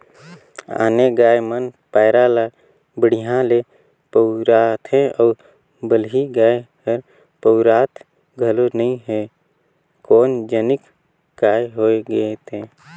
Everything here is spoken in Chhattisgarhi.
आने गाय मन पैरा ला बड़िहा ले पगुराथे अउ बलही गाय हर पगुरात घलो नई हे कोन जनिक काय होय गे ते